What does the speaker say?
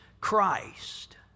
Christ